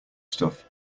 stuff